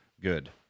Good